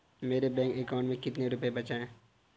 मेरे bank account में कितने रुपए हैं बताएँ?